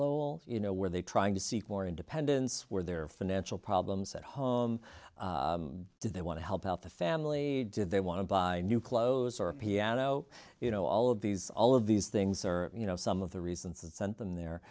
lol you know were they trying to seek more independence where their financial problems at home did they want to help out the family did they want to buy new clothes or a piano you know all of these all of these things or you know some of the reasons that sent them there